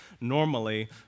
normally